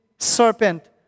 Serpent